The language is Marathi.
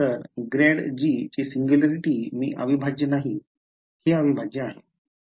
तर ग्रेड gची सिंग्युलॅरिटी ही अविभाज्य नाही हे अविभाज्य आहे